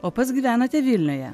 o pats gyvenate vilniuje